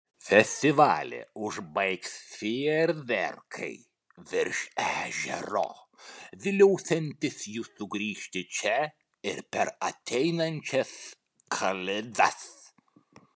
festivalį užbaigs fejerverkai virš ežero viliosiantys jus sugrįžti čia ir per ateinančias kalėdas